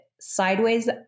sideways